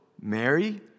Mary